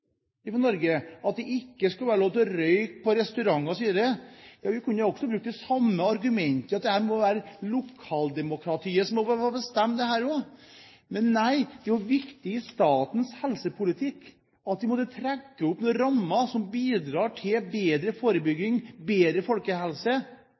Norge og det ikke skulle være lov til å røyke på restauranter osv., kunne vi ha brukt det samme argumentet om at lokaldemokratiet kan få være med på å bestemme her også. Men nei, det er viktig i statens helsepolitikk at vi trekker opp noen rammer som bidrar til bedre